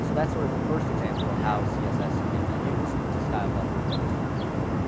so that's sort of the first example of how css can be used to style multiple things from one page.